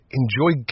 enjoy